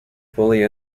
fully